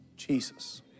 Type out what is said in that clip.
Jesus